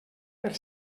per